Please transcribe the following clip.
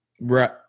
Right